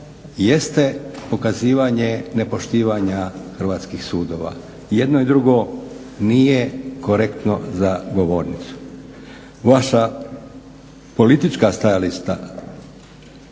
jeste pokazivanje nepoštivanja hrvatskih sudova. Jedno i drugo nije korektno za govornicu. Vaša politička stajališta